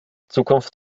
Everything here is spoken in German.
zukunft